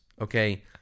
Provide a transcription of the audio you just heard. okay